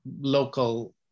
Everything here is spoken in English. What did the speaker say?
local